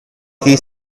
key